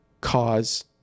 cause